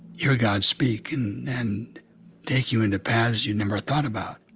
hear god speak, and and take you into paths you never thought about